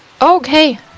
Okay